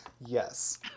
Yes